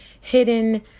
hidden